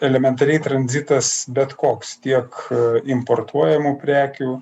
elementariai tranzitas bet koks tiek importuojamų prekių